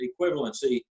equivalency